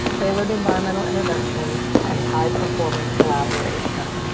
tailored environmental interventions, and high-performing collaboration.